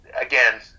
again